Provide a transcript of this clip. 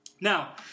Now